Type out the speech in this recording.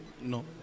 no